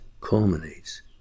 culminates